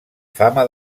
fama